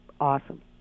awesome